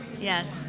Yes